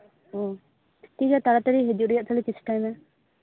ᱴᱷᱤᱠ ᱜᱮᱭᱟ ᱛᱟᱲᱟᱛᱟᱲᱤ ᱦᱤᱡᱩᱜ ᱨᱮᱭᱟᱜ ᱪᱮᱥᱴᱟᱭ ᱢᱮ